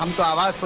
um father so